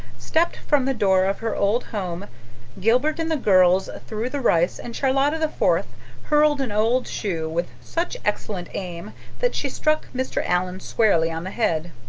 stepped from the door of her old home gilbert and the girls threw the rice and charlotta the fourth hurled an old shoe with such excellent aim that she struck mr. allan squarely on the head.